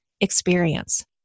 experience